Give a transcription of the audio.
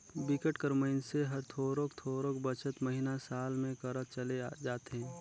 बिकट कर मइनसे हर थोरोक थोरोक बचत महिना, साल में करत चले जाथे